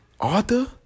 Arthur